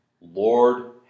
Lord